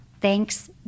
thanks